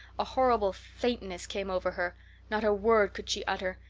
a horrible faintness came over her not a word could she utter,